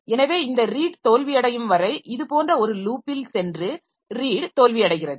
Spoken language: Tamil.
எனவே இந்த ரீட் தோல்வியடையும் வரை இது போன்ற ஒரு லூப்பில் சென்று ரீட் தோல்வியடைகிறது